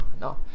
No